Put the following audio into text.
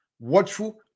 watchful